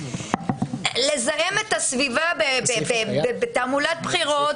ולזהם את הסביבה בתעמולת בחירות,